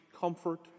comfort